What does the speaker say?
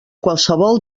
qualsevol